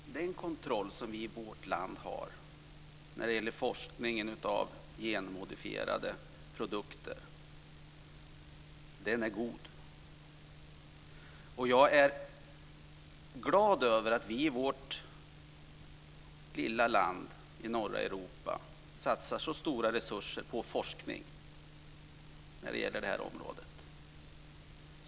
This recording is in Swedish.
Fru talman! Den kontroll som vi har i vårt land av forskningen om genmodifierade produkter är god. Jag är glad över att vi i vårt lilla land i norra Europa satsar så stora resurser på forskning på det området.